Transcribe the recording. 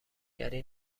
گری